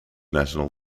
national